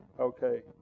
Okay